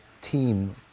team